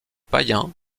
payen